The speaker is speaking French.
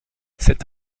cet